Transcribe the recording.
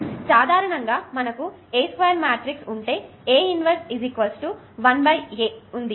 ఇప్పుడు సాధారణంగా మనకు A స్క్వేర్ మ్యాట్రిక్స్ ఉంటే A 11A matrix of cofactors ఉంది